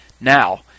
Now